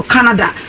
Canada